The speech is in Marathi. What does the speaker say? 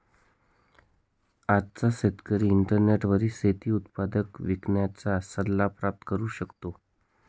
आजचा शेतकरी इंटरनेटवर शेती उत्पादन विकण्याचा सल्ला प्राप्त करू शकतो